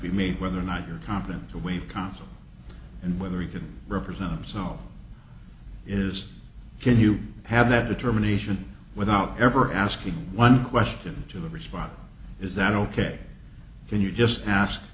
be made whether or not you're competent to waive counsel and whether he can represent himself is can you have that determination without ever asking one question to the response is that ok can you just ask